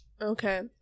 Okay